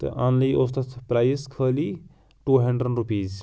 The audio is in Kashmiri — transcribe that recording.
تہٕ آنلی اوس تَتھ پرٛایِس خٲلی ٹوٗ ہٮ۪نٛڈرَٮ۪نٛڈ رُپیٖز